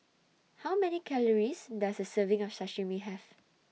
How Many Calories Does A Serving of Sashimi Have